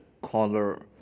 color